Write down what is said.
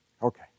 Okay